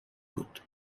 بود